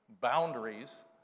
Boundaries